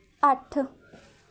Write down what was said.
ਅੱਠ